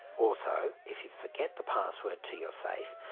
also, if you forget the password to your safe,